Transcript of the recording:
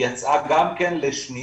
היא יצאה גם כן לשניה,